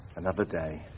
another day.